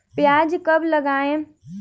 प्याज कब लगाएँ?